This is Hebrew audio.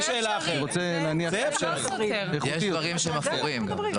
יש דברים שהם אפורים גם.